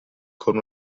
con